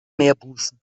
meerbusen